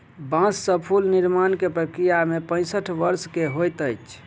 बांस से फूल निर्माण के प्रक्रिया पैसठ वर्ष के होइत अछि